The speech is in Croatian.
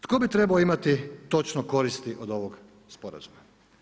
Tko bi trebao imati točno koristi od ovog sporazuma?